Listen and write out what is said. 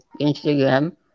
Instagram